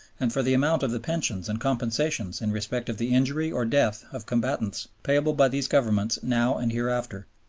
and for the amount of the pensions and compensations in respect of the injury or death of combatants payable by these governments now and hereafter.